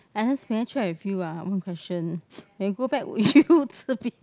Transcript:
Agnes can I check with you ah one question when you go back will you